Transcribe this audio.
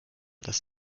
das